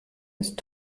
ist